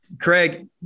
Craig